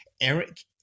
eric